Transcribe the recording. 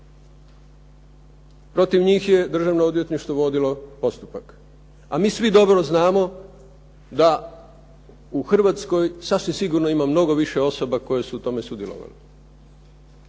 Protiv njih je Državno odvjetništvo vodilo postupak, a mi svi dobro znamo da u Hrvatskoj sasvim sigurno ima mnogo više osoba koje su u tome sudjelovale.